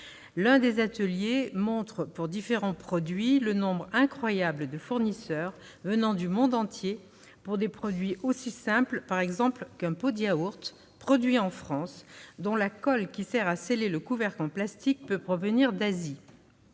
L'un des ateliers montre, pour différents produits, le nombre incroyable de fournisseurs venant du monde entier pour des produits aussi simples, par exemple, qu'un pot de yaourt produit en France, dont la colle servant à sceller le couvercle en plastique peut provenir d'Asie.